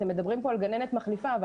אתם מדברים פה על גננת מחליפה אבל